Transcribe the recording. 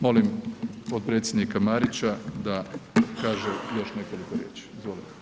Molim potpredsjednika Marića da kaže još nekoliko riječi, izvolite.